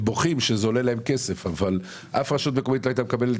הן בוכות שזה עולה להן כסף אבל אף רשות מקומית לא הייתה מקבלת